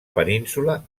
península